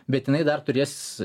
bet jinai dar turės